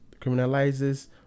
criminalizes